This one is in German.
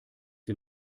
sie